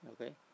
Okay